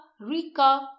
rika